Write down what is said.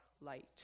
light